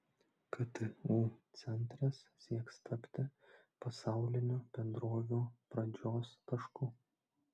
ktu centras sieks tapti pasaulinių bendrovių pradžios tašku